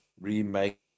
remake